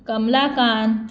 Kamalakant